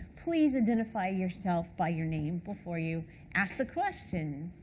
please identify yourself by your name before you ask the question.